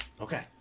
okay